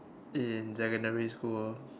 in secondary school